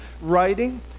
writing